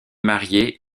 marié